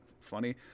funny